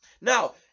now